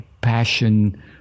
passion